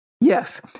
Yes